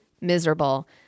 miserable